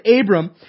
Abram